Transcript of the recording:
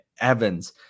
Evans